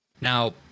Now